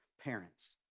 parents